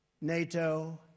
NATO